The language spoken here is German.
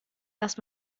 erst